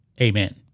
amen